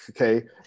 okay